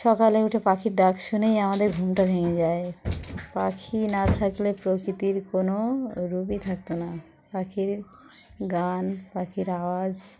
সকালে উঠে পাখির ডাক শুনেই আমাদের ঘুমটা ভেঙে যায় পাখি না থাকলে প্রকৃতির কোনো রূপই থাকত না পাখির গান পাখির আওয়াজ